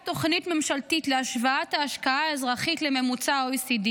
תוכנית ממשלתית להשוואת ההשקעה האזרחית לממוצע ב-OECD